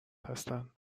هستند